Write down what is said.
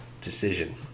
decision